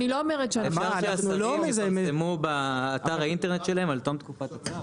אפשר שהשרים יפרסמו באתר האינטרנט שלהם על תום תקופת הצו?